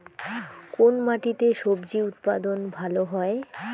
কোন মাটিতে স্বজি উৎপাদন ভালো হয়?